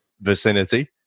vicinity